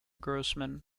grossman